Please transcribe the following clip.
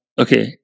Okay